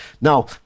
Now